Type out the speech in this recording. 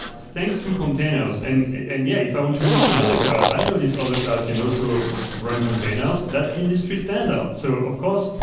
thanks to container. and and yeah, if i want to move to another cloud, i know this other cloud can also run containers. that's the industry standard. so of course,